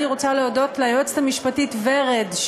אני רוצה להודות ליועצת המשפטית ורד,